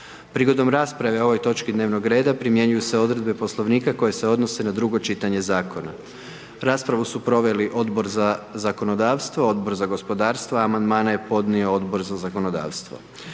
Prigodom rasprave o ovoj točci dnevnog reda, primjenjuju se odredbe Poslovnika koje se odnose na drugo čitanje zakona. Raspravu su proveli Odbor za zakonodavstvo, Odbor za gospodarstvo, amandmane je podnio Odbor za zakonodavstvo.